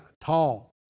tall